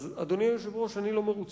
אדוני היושב-ראש, אני לא מרוצה,